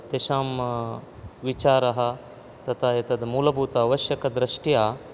तेषां विचारः तथा एतत् मूलभूत आवश्यकदृष्ट्या